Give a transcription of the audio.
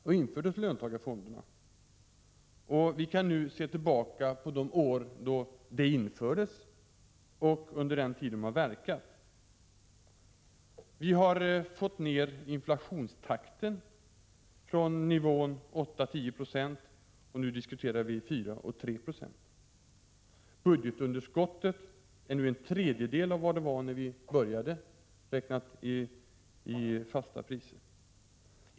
Så infördes löntagarfonderna, och vi kan nu se tillbaka på de år då de infördes och den tid de har verkat. Vi har fått ned inflationstakten från nivån 810 26, och nu diskuterar vi 3-4 20. Budgetunderskottet är nu en tredjedel av vad det var när vi tillträdde, räknat i fasta priser.